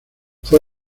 fue